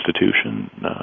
institution